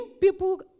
people